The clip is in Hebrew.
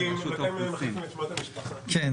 תודה.